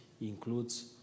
includes